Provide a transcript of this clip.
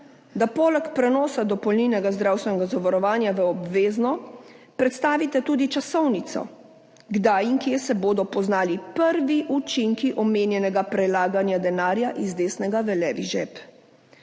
da poleg prenosa dopolnilnega zdravstvenega zavarovanja v obvezno predstavite tudi časovnico, kdaj in kje se bodo poznali prvi učinki omenjenega prelaganja denarja iz desnega v levi žep.